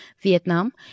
Vietnam